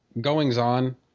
goings-on